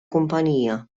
kumpanija